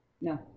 no